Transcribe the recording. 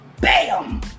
Bam